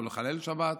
לא לחלל שבת,